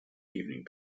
evening